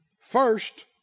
First